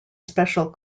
special